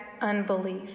unbelief